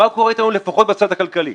אבל מה קורה אתנו לפחות בצד הכלכלי?